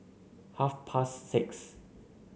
half past six